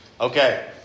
Okay